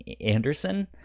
Anderson